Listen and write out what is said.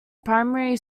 primary